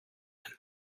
байна